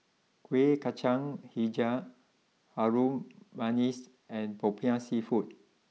Kuih Kacang Hijau Harum Manis and Popiah Seafood